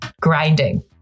grinding